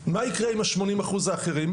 מה יקרה עם ה-80% האחרים?